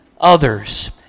others